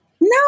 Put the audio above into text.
No